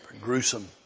Gruesome